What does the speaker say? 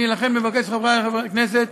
לכן אני מבקש, חברי חברי הכנסת,